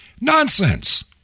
nonsense